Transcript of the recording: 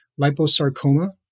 Liposarcoma